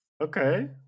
Okay